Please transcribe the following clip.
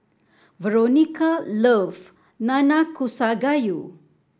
Veronica love Nanakusa Gayu